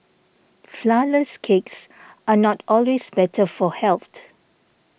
Flourless Cakes are not always better for health